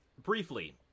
briefly